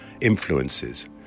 influences